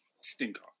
Stinker